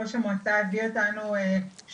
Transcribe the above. ראש המועצה אמר חבר'ה,